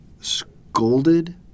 scolded